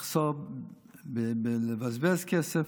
לבזבז כסף,